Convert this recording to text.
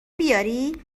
بیاری